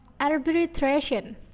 Arbitration